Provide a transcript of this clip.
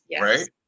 right